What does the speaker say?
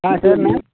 ஆ சரிண்ணே